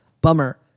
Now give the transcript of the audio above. bummer